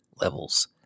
Levels